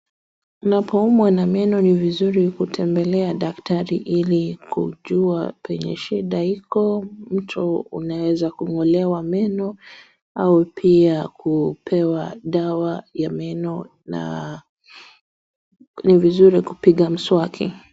Unapoumwa na meno ni vizuri kumtembelea daktari ili kujua penye shida iko, mtu unaweza kung'olewa meno au pia kupewa dawa ya meno na ni vizuri kupiga mswaki.